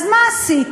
אז מה עשיתם?